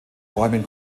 räumen